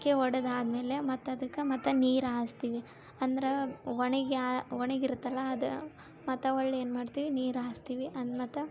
ಮೊಳಕೆ ಒಡೆದಾದ್ಮೇಲೆ ಮತ್ತದಕ್ಕೆ ಮತ್ತೆ ನೀರು ಹಾಸ್ತೀವಿ ಅಂದ್ರ ಒಣಗಿ ಒಣಗಿರ್ತಲ್ಲ ಅದು ಮತ್ತೆ ಅವ್ಳ್ನ ಏನು ಮಾಡ್ತೀವಿ ನೀರು ಹಾಸ್ತೀವಿ ಅಂದ ಮತ್ತೆ